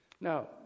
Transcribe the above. Now